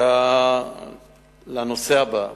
לנושא הבא,